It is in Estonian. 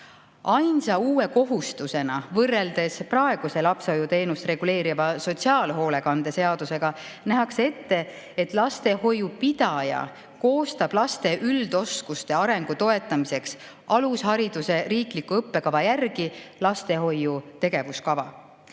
Ainsa uue kohustusena võrreldes praeguse lapsehoiuteenust reguleeriva sotsiaalhoolekande seadusega nähakse ette, et lastehoiu pidaja koostab laste üldoskuste arengu toetamiseks alushariduse riikliku õppekava järgi lastehoiu tegevuskava